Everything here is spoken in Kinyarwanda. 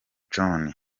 john